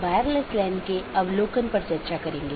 आज हम BGP पर चर्चा करेंगे